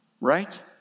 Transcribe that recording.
right